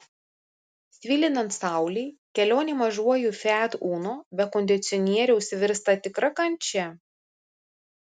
svilinant saulei kelionė mažuoju fiat uno be kondicionieriaus virsta tikra kančia